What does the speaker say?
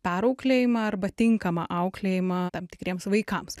perauklėjimą arba tinkamą auklėjimą tam tikriems vaikams